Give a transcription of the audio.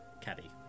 caddy